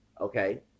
Okay